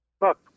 Look